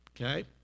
Okay